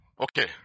Okay